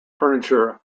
furniture